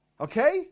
okay